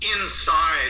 inside